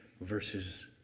versus